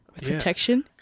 protection